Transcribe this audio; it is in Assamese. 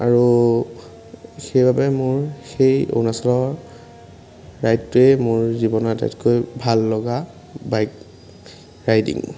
আৰু সেইবাবে মোৰ সেই অৰুণাচলৰ ৰাইডটোৱে মোৰ জীৱনৰ আটাইতকৈ ভাল লগা বাইক ৰাইডিং